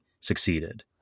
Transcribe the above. succeeded